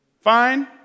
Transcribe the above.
Fine